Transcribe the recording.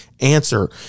answer